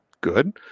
good